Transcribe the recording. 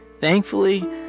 Thankfully